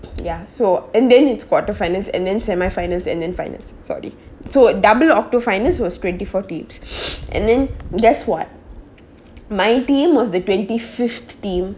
ya so and then it's quarter finals and then semi finals and then finals sorry so double octo finals was twenty four teams and then guess what my team was the twenty fifth team